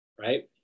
right